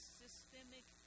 systemic